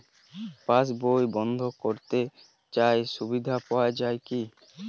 পাশ বই বন্দ করতে চাই সুবিধা পাওয়া যায় কি?